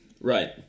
Right